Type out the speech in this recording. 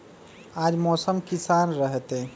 आज मौसम किसान रहतै?